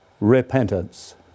repentance